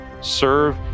serve